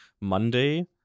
Monday